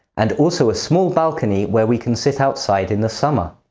and also a small balcony where we can sit outside in the summer.